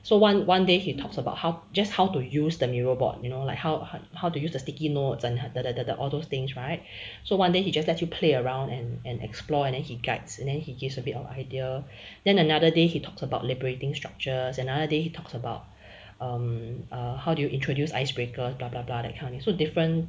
so one one day he talks about how just how to use the miro board you know like how how to use the sticky notes and dah dah dah all those things right so one then he just let you play around and and explore and then he guides and then he gives a bit of idea then another day he talks about liberating structures and another day he talks about um err how do you introduce icebreaker blah blah blah that king of thing so different